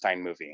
movie